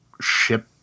ship